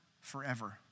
forever